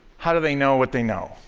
how do they know what they know,